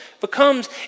becomes